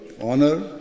honor